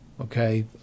Okay